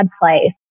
place